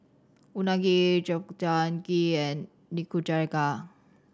Unagi Gobchang Gui and Nikujaga